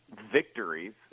victories